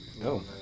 no